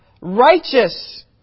righteous